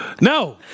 No